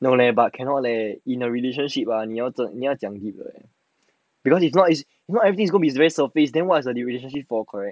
no leh but cannot leh in a relationship ah 你要怎样你要怎样 keep leh because if not everything is going to be very surface then what is the relationship for correct